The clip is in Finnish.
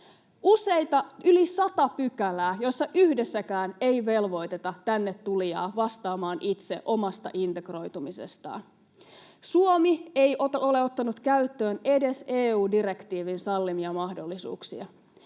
nolla. Yli sata pykälää, joista yhdessäkään ei velvoiteta tänne tulijaa vastaamaan itse omasta integroitumisestaan. Suomi ei ole ottanut käyttöön edes EU-direktiivin sallimia mahdollisuuksia.